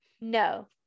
no